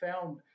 found